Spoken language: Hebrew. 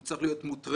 הוא צריך להיות מותרה,